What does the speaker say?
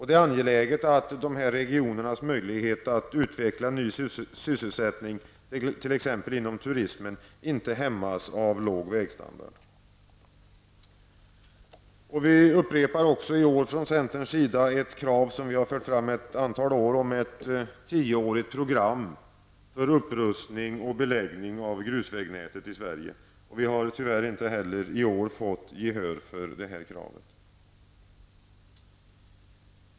Det är angeläget att dessa regioners möjligheter att utveckla ny sysselsättning, t.ex. inom turismen, inte hämmas av låg vägstandard. Vi upprepar också i år från centerns sida det krav som vi har fört fram ett antal år på ett tioårsprogram för upprustning av beläggning av grusvägarna. Vi har tyvärr inte heller i år fått gehör för det kravet.